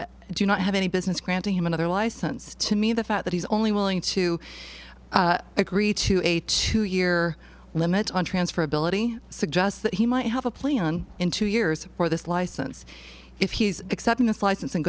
do not have any business granting him another license to me the fact that he's only willing to agree to a two year limit on transferability suggests that he might have a plan in two years for this license if he's accepting this license